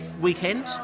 weekend